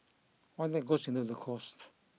all that goes into the cost